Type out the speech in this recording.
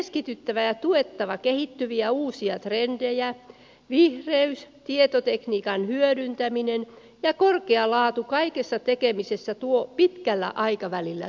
iski kytevää tuettava kehittyviä uusia trendejä vihreys tietotekniikan hyödyntäminen ja korkea laatu kaikessa tekemisessä tuo pitkällä aikavälillä